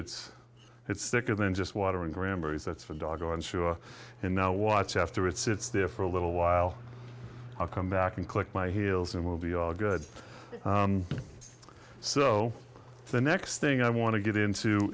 it's it's thicker than just watering grammars that's for doggone sure and now watch after it sits there for a little while i'll come back and click my heels and we'll be all good so the next thing i want to get into